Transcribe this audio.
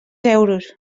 euros